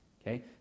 Okay